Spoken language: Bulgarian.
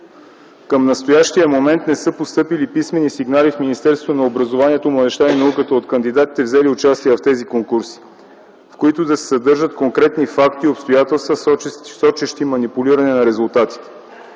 към настоящия момент не са постъпили писмени сигнали в Министерството на образованието, младежта и науката от кандидатите, взели участие в тези конкурси, в които да се съдържат конкретни факти и обстоятелства, сочещи манипулиране на резултатите.